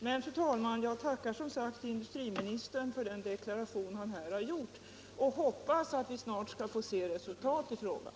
Men, fru talman, jag tackar som sagt industriministern för hans deklaration och hoppas att vi snart skall få se resultat i frågan.